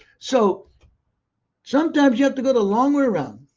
so sometimes you have to go the long way around.